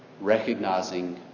recognizing